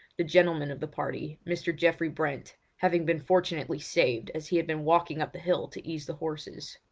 the gentleman of the party, mr. geoffrey brent, having been fortunately saved as he had been walking up the hill to ease the horses.